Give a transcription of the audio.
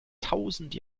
tausend